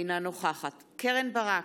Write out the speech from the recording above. אינה נוכחת קרן ברק,